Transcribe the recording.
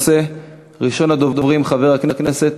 הצעות לסדר-היום מס' 1077,